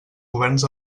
governs